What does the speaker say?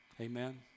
Amen